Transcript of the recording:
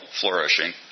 flourishing